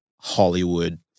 Hollywood